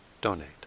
donate